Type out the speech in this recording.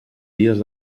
dies